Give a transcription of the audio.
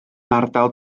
ardal